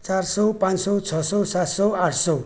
चार सौ पाँच सौ छ सौ सात सौ आठ सौ